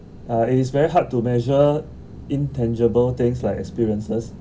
uh it's very hard to measure intangible things like experiences